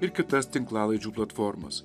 ir kitas tinklalaidžių platformas